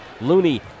Looney